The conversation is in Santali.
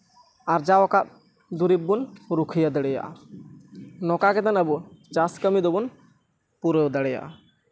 ᱟᱨᱡᱟᱣ ᱟᱠᱟᱫ ᱫᱩᱨᱤᱵᱽ ᱵᱚᱱ ᱨᱩᱠᱷᱭᱟᱹ ᱫᱟᱲᱮᱭᱟᱜᱼᱟ ᱱᱚᱝᱠᱟ ᱠᱟᱛᱮᱱ ᱟᱵᱚ ᱪᱟᱥ ᱠᱟᱹᱢᱤ ᱫᱚᱵᱚᱱ ᱯᱩᱨᱟᱹᱣ ᱫᱟᱲᱮᱭᱟᱜᱼᱟ